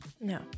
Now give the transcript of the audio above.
No